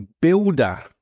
builder